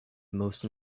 most